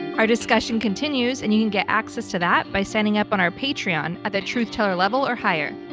our discussion continues and you can get access to that by signing up on our patreon at the truth teller level or higher.